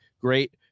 great